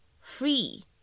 free